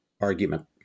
argument